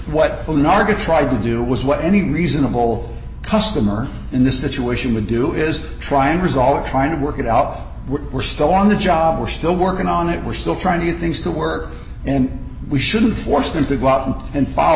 be tried to do was what any reasonable customer in this situation would do is try and resolve trying to work it out we're still on the job we're still working on it we're still trying to do things to work and we shouldn't force them to go out and follow